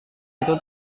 itu